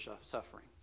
suffering